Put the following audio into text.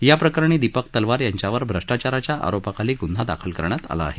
याप्रकरणी दीपक तलवार यांच्यावर भ्रष्टाचाराच्या आरोपाखाली ग्न्हा दाखल करण्यात आला आहे